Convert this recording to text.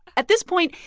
at this point,